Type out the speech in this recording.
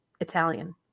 Italian